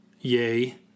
Yay